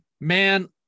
Man